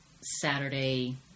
Saturday